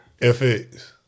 FX